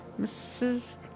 Mrs